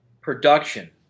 production